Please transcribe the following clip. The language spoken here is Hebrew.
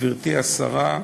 גברתי השרה,